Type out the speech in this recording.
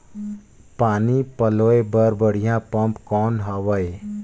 पानी पलोय बर बढ़िया पम्प कौन हवय?